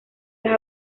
las